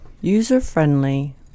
user-friendly